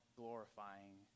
glorifying